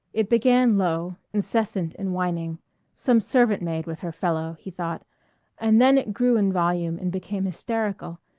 it began low, incessant and whining some servant-maid with her fellow, he thought and then it grew in volume and became hysterical,